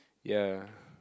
ya